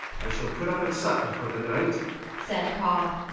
i shall put up at sutton for the night said cobb,